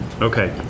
Okay